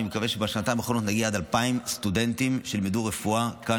אני מקווה שבשנתיים הקרובות נגיע עד 2,000 סטודנטים שילמדו רפואה כאן,